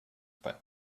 bei